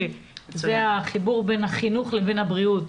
זה החיבור בין החינוך לבריאות.